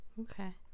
Okay